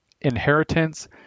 Inheritance